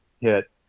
hit